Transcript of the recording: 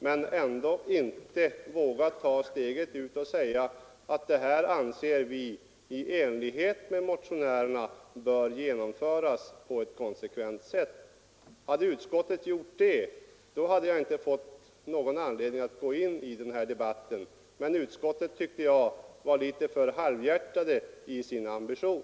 Varför vågade inte utskottet ta steget ut och säga att man i likhet med motionärerna anser att kreditbedömningen bör ske på ett konsekvent sätt? Hade utskottet gjort det, då hade jag inte haft någon anledning att gå in i den här debatten, men utskottet var, tycker jag, litet för halvhjärtat i sin ambition.